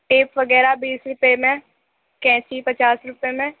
tape وغیرہ بیس روپے میں قینچی پچاس روپے میں